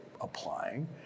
applying